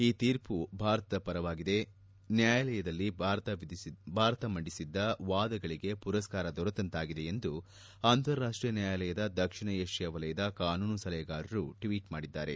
ಈ ತೀರ್ಮ ಭಾರತದ ಪರವಾಗಿದೆ ನ್ಯಾಯಾಲಯದಲ್ಲಿ ಭಾರತ ಮಂಡಿಸಿದ್ದ ವಾದಗಳಗೆ ಪುರಸ್ನಾರ ದೊರೆತಂತಾಗಿದೆ ಎಂದು ಅಂತಾರಾಷ್ಷೀಯ ನ್ಗಾಯಾಲಯದ ದಕ್ಷಿಣ ವಿಷ್ಣಾ ವಲಯದ ಕಾನೂನು ಸಲಹೆಗಾರರು ಟ್ವೀಟ್ ಮಾಡಿದ್ದಾರೆ